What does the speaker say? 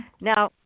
Now